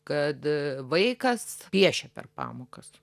kad vaikas piešia per pamokas